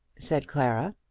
said clara.